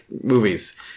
movies